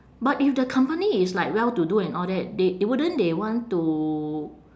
but if the company is like well-to-do and all that they wouldn't they want to